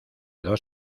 dos